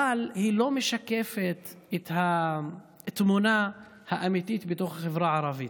אבל היא לא משקפת את התמונה האמיתית בתוך החברה הערבית.